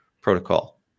protocol